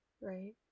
right